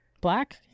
black